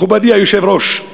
מכובדי היושב-ראש.